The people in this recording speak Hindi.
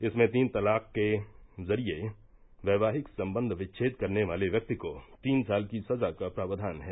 इसमें तीन तलाक के जरिए वैवाहिक संबंध विच्छेद करने वाले व्यक्ति को तीन साल की सजा का प्रावधान है